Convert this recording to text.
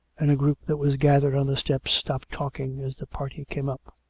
and a group that was gathered on the step stopped talking as the party came up.